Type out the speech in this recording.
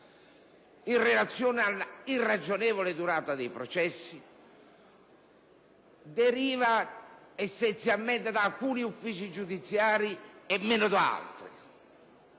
in relazione alla irragionevole durata dei processi deriva essenzialmente da alcuni uffici giudiziari, e meno da altri.